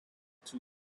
two